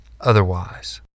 otherwise